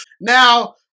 Now